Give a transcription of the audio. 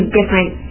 different